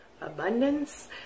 abundance